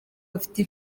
bafite